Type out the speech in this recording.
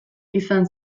izan